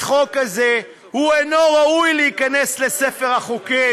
החוק הזה אינו ראוי להיכנס לספר החוקים